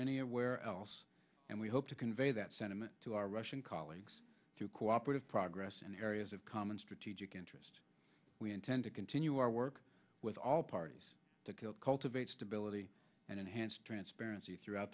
anywhere else and we hope to convey that sentiment to our russian colleagues to cooperative progress in areas of common strategic interest we intend to continue our work with all parties to kill cultivate stability and enhance transparency throughout